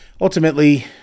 Ultimately